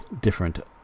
different